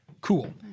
Cool